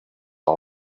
all